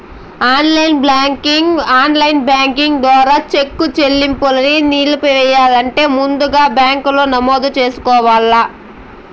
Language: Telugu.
ఆన్లైన్ బ్యాంకింగ్ ద్వారా చెక్కు సెల్లింపుని నిలిపెయ్యాలంటే ముందుగా మీ బ్యాంకిలో నమోదు చేసుకోవల్ల